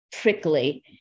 prickly